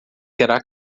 será